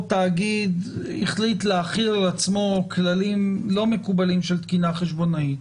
תאגיד החליט להחיל על עצמו כללים לא מקובלים של תקינה חשבונאית,